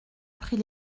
pris